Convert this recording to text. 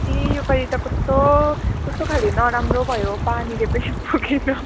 ए योपालि त कस्तो कस्तो खाले नराम्रो भयो पानीले पनि पुगेन